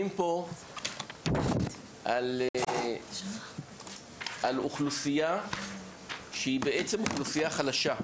פה על אוכלוסייה שהיא בעצם אוכלוסייה חלשה,